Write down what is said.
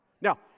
Now